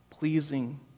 pleasing